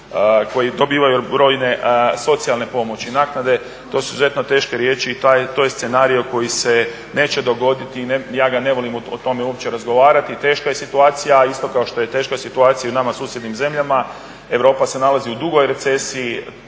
koji dobivaju brojne socijalne pomoći i naknade, to su izuzetno teške riječi i to je scenarij koji se neće dogoditi. Ja ne volim o tome uopće razgovarati, teška je situacija isto kao što je teška situacija u nama susjednim zemljama. Europa se nalazi u dugoj recesiji,